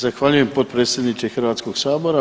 Zahvaljujem potpredsjedniče Hrvatskog sabora.